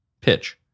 pitch